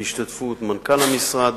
בהשתתפות מנכ"ל המשרד,